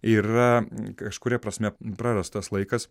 yra kažkuria prasme prarastas laikas